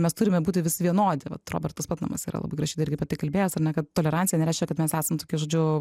mes turime būti visi vienodi vat robertas patnamas yra labai gražiai dargi apie tai kalbėjęs ar ne kad tolerancija nereiškia kad mes esam tokie žodžiu